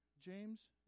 James